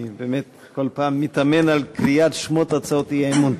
אני באמת כל פעם מתאמן על קריאת שמות הצעות האי-אמון.